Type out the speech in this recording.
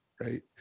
right